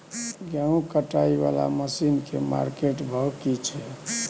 गेहूं कटाई वाला मसीन के मार्केट भाव की छै?